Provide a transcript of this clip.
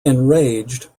enraged